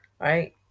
right